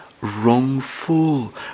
wrongful